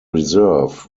reserve